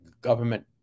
government